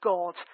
God